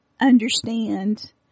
understand